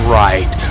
right